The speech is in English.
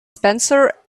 spencer